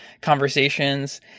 conversations